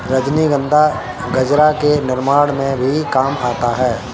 रजनीगंधा गजरा के निर्माण में भी काम आता है